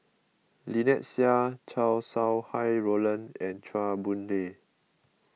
Lynnette Seah Chow Sau Hai Roland and Chua Boon Lay